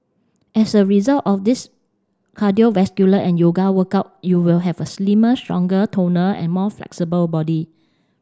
as a result of this cardiovascular and yoga workout you will have a slimmer stronger toner and more flexible body